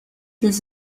this